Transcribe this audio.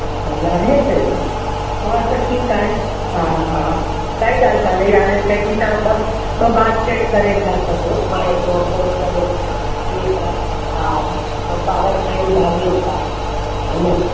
अच्छा यारहं सौ जी हा त ठीकु आहे हा हा काई ॻाल्हि कोन्हे यारहं सौ जी तव्हां ॿ ॿ बास्केट करे त सघो मां एतिरो अफॉड करे थी सघां भई एतिरा हा ॿार खाईंदा ॿियो छा हा न